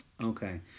Okay